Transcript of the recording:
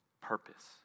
purpose